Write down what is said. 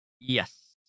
Yes